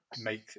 make